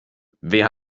wer